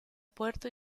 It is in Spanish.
puerto